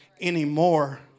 anymore